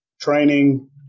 training